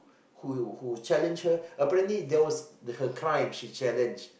who who challenge her apparently that was her crime she challenge